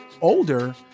older